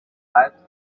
times